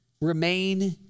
remain